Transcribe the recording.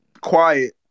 Quiet